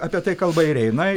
apie tai kalba ir eina